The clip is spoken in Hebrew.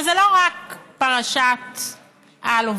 אבל זה לא רק פרשת אלוביץ,